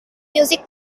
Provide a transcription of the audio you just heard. music